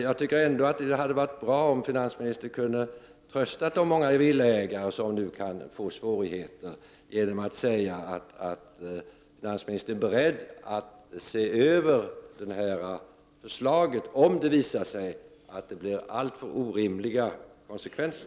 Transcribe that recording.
Jag tycker ändå att det hade varit bra om finansministern hade kunnat trösta de många villaägare som nu kan få svårigheter genom att säga att finansministern är beredd att se över förslaget, om det visar sig att det får alltför orimliga konsekvenser.